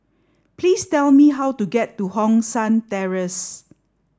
please tell me how to get to Hong San Terrace